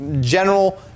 general